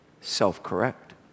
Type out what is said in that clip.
Self-correct